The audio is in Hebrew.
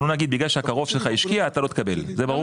אנחנו לא נגיד בגלל שהקרוב שלך השקיע אתה לא תקבל זה ברור?